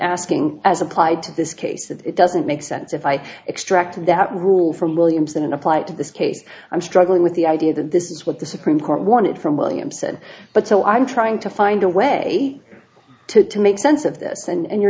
asking as applied to this case it doesn't make sense if i extract that rule from williamson and apply it to this case i'm struggling with the idea that this is what the supreme court wanted from william said but so i'm trying to find a way to make sense of this and you're